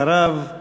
אחריו,